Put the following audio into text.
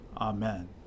Amen